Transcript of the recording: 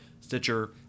Stitcher